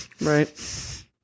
Right